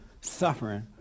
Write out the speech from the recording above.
suffering